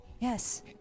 Yes